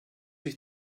ich